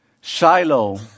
Shiloh